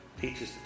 teaches